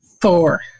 Four